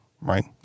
Right